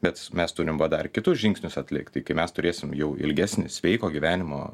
bet mes turim va dar kitus žingsnius atlikt tai kai mes turėsim jau ilgesnį sveiko gyvenimo